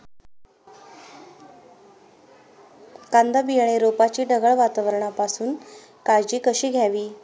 कांदा बियाणे रोपाची ढगाळ वातावरणापासून काळजी कशी घ्यावी?